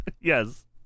Yes